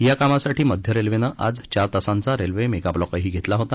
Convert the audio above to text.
याकामासाठी मध्य रेल्वेनं आज चार तासाचा रेल्वे मेगा ब्लॉकही घेतला होता